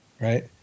Right